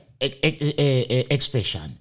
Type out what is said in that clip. expression